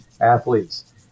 athletes